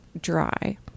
Dry